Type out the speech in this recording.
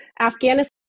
afghanistan